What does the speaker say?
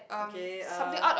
okay uh